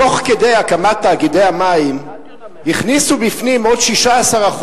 תוך כדי הקמת תאגידי המים הכניסו בפנים עוד 16%,